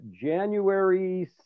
january